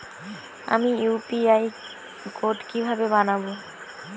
আমি UPI code কিভাবে বানাব?